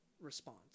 response